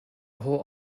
whole